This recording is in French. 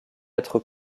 être